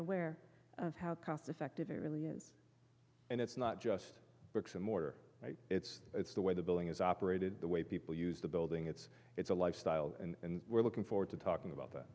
aware of how cost effective it really is and it's not just bricks and mortar it's it's the way the building is operated the way people use the building it's it's a lifestyle and we're looking forward to talking about that